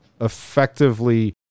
effectively